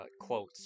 quotes